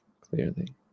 clearly